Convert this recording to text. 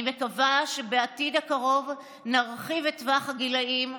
אני מקווה שבעתיד הקרוב נרחיב את טווח הגילאים,